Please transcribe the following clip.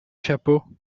chapeau